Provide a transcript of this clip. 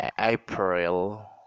april